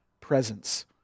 presence